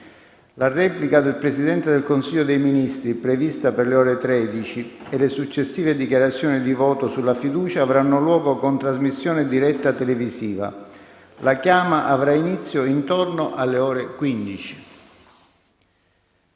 La replica del Presidente del Consiglio dei ministri, prevista per le ore 13, e le successive dichiarazioni di voto sulla fiducia avranno luogo con trasmissione diretta televisiva. La chiama avrà inizio intorno alle ore 15.